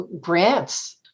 grants